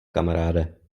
kamaráde